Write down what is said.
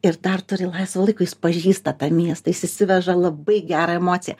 ir dar turi laisvo laiko jis pažįsta tą miestą jis išsiveža labai gerą emociją